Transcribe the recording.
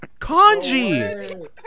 Kanji